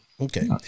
Okay